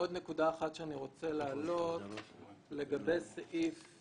עוד נקודה אחת שאני רוצה להעלות לגבי הציוד הרפואי.